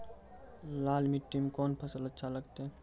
लाल मिट्टी मे कोंन फसल अच्छा लगते?